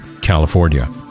California